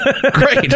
Great